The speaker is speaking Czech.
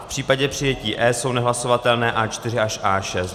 V případě přijetí E jsou nehlasovatelné A4 až A6.